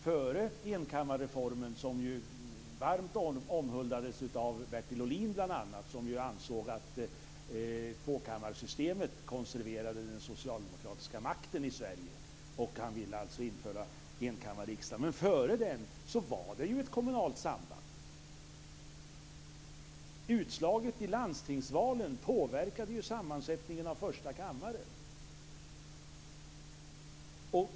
Före enkammarreformen - som varmt omhuldades bl.a. av Bertil Ohlin som ju ansåg att tvåkammarsystemet konserverade den socialdemokratiska makten i Sverige och som alltså ville införa enkammarriksdag - var det ett kommunalt samband. Utslaget i landstingsvalen påverkade sammansättningen av första kammaren.